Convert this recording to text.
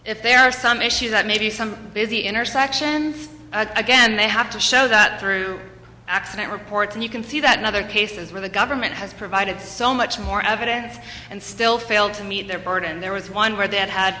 if there are some issues that maybe some busy intersection again they have to show that through accident reports and you can see that in other cases where the government has provided so much more evidence and still failed to meet their burden there was one where they had had